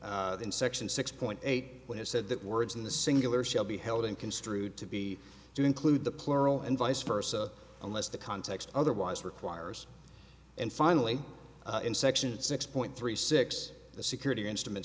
in section six point eight when it said that words in the singular shall be held in construed to be do include the plural and vice versa unless the context otherwise requires and finally in section six point three six the security instrument